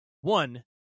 One